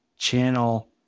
channel